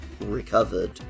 recovered